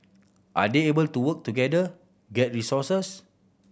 are they able to work together get resources